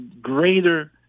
greater